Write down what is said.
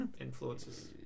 influences